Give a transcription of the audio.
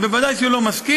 אז ודאי שהוא לא מסכים.